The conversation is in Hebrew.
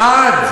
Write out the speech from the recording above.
עד,